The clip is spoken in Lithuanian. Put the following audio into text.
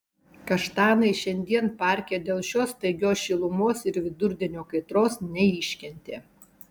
kaštanai šiandien parke dėl šios staigios šilumos ir vidurdienio kaitros neiškentė